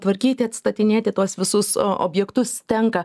tvarkyti atstatinėti tuos visus objektus tenka